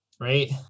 right